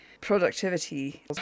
productivity